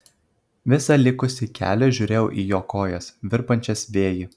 visą likusį kelią žiūrėjau į jo kojas virpančias vėjy